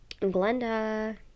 glenda